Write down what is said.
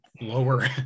lower